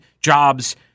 jobs